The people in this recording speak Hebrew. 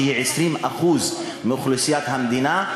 שהיא 20% מאוכלוסיית המדינה,